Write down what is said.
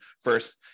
first